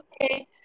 okay